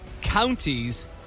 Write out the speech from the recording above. counties